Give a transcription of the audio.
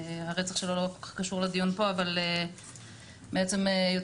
הרצח שלו לא כל כך קשור לדיון פה אבל מעצם היותי